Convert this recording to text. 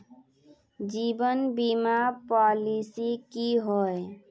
जीवन बीमा पॉलिसी की होय?